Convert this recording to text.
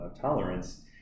tolerance